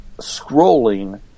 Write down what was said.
scrolling